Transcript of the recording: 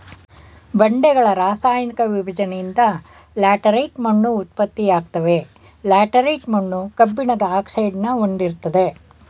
ಬಂಡೆಗಳ ರಾಸಾಯನಿಕ ವಿಭಜ್ನೆಯಿಂದ ಲ್ಯಾಟರೈಟ್ ಮಣ್ಣು ಉತ್ಪತ್ತಿಯಾಗ್ತವೆ ಲ್ಯಾಟರೈಟ್ ಮಣ್ಣು ಕಬ್ಬಿಣದ ಆಕ್ಸೈಡ್ನ ಹೊಂದಿರ್ತದೆ